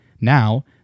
Now